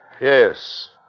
Yes